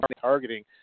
targeting